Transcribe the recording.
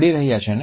મળી રહ્યા છેને